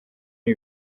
ibi